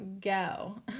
Go